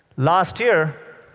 last year,